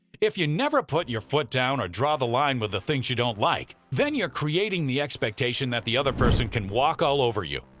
if you never put your foot down or draw the line with the things you don't like, then you're creating the expectation that the other person can walk all over you.